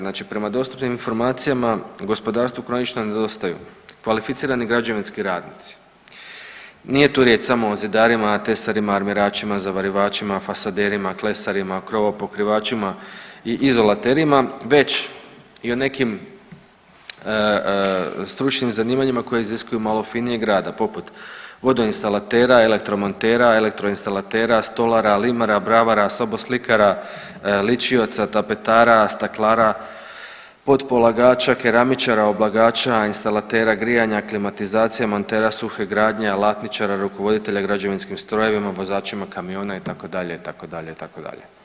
Znači prema dostupnim informacijama, gospodarstvu kronično nedostaju kvalificirani građevinski radnici, nije tu riječ samo o zidarima, tesarima, armiračima, zavarivačima, fasaderima, klesarima, krovopokrovačima i izolaterima već i o nekim stručnim zanimanjima koji iziskuju malo finijeg rada, poput vodoinstalatera, elektromontera, elektroinstalatera, stolara, limara, bravara, soboslikara, ličioca, tapetara, staklara, podpolagača, keramičara, oblagača, instalatera grijanja, klimatizacija, montera suhe gradnje, alatničara, rukovoditelja građevinskim strojevima, vozačima kamiona, itd., itd., itd.